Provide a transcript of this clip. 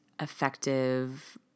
effective